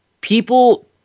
people